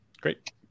great